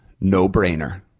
No-brainer